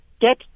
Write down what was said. get